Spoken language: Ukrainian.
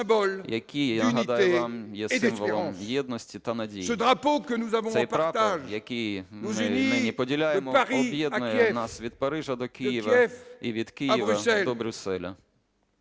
які, я нагадаю вам, є символом єдності та надії. Цей прапор, який ми нині поділяємо, об'єднує нас від Парижа до Києва і від Києва до Брюсселя.